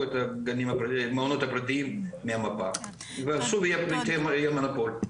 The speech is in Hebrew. את המעונות הפרטיים מהמפה ושוב יהיה מונופול.